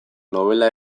nobela